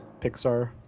Pixar